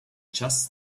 just